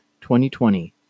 2020